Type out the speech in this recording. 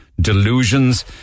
delusions